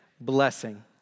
blessing